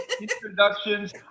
introductions